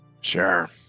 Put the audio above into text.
Sure